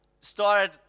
started